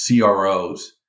cro's